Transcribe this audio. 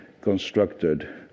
constructed